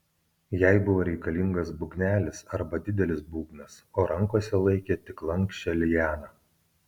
jai buvo reikalingas būgnelis arba didelis būgnas o rankose laikė tik lanksčią lianą